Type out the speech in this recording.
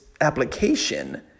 application